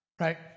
Right